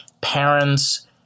parents